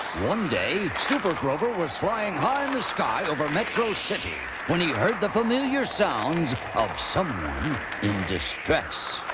one day, super grover was flying high in the sky over metro city, when heard the familiar sounds of someone in distress.